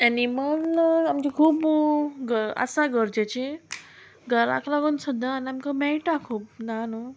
animal आमचे खूब आसा गरजेचीं घराक लागून सुद्दां आनी आमकां मेळटा खूब ना न्हू